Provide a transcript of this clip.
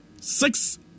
six